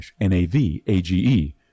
N-A-V-A-G-E